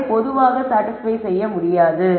அதை பொதுவாக சாடிஸ்பய் செய்ய முடியாது